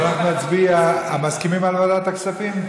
מסכימים לוועדת הכספים?